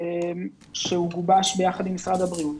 שהוא גובש ביחד עם משרד הבריאות,